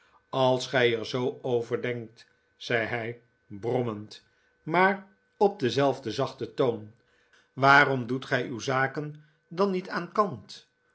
als gij er zoo over denkt zei hij brommend maar op denzelfden zachten toon waarom doet gij uw zaken dan niet aan kant